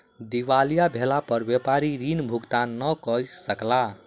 दिवालिया भेला पर व्यापारी ऋण भुगतान नै कय सकला